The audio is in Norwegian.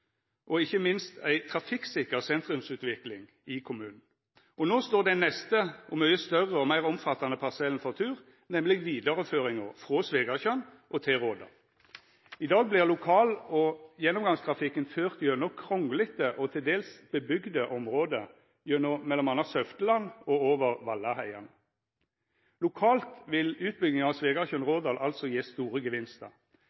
og ikkje minst trafikksikker sentrumsutvikling i kommunen. No står den neste og mykje større og meir omfattande parsellen for tur, nemleg vidareføringa frå Svegatjørn til Rådal. I dag vert lokal- og gjennomgangstrafikken ført gjennom krunglete og til dels utbygde område gjennom m.a. Søfteland og over Vallaheiane. Lokalt vil utbygginga av